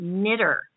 knitter